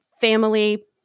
family